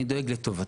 אני דואג לטובתו.